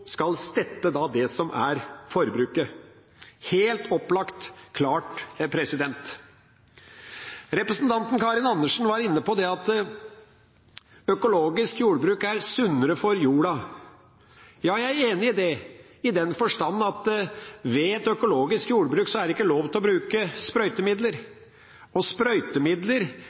skal stette det som er forbruket – helt opplagt. Representanten Karin Andersen var inne på at økologisk jordbruk er sunnere for jorda. Jeg er enig i det, i den forstand at i et økologisk jordbruk er det ikke lov til å bruke sprøytemidler. Sprøytemidler dreper ugras, dreper sopp, dreper lus og